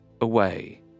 away